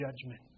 judgment